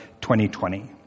2020